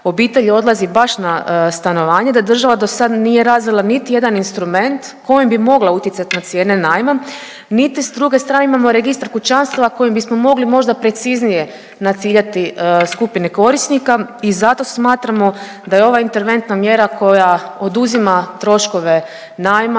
obitelji odlazi baš na stanovanje, da država dosad nije razvila niti jedan instrument kojim bi mogla utjecat na cijene najma, niti s druge strane imamo Registar kućanstava kojim bismo mogli možda preciznije naciljati skupine korisnika i zato smatramo da je ova interventna mjera koja oduzima troškove najma